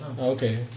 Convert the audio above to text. Okay